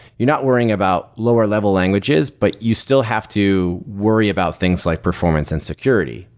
you're not worrying about lower-level languages, but you still have to worry about things like performance and security.